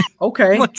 Okay